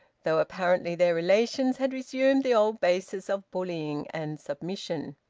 though apparently their relations had resumed the old basis of bullying and submission.